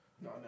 No